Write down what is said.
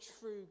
true